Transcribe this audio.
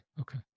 okay